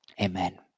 Amen